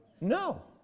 No